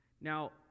Now